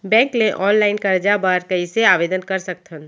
Bank ले online करजा बर कइसे आवेदन कर सकथन?